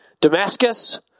Damascus